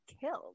killed